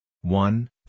one